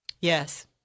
Yes